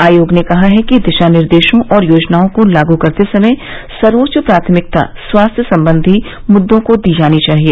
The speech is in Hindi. आयोग ने कहा है कि दिशा निर्देशों और योजनाओं को लागू करते समय सर्वोच्च प्राथमिकता स्वास्थ्य संबंधी मुद्दों को दी जानी चाहिए